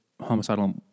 homicidal